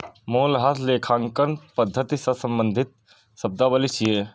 मूल्यह्रास लेखांकन पद्धति सं संबंधित शब्दावली छियै